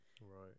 Right